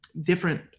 different